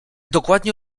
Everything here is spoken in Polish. dokładnie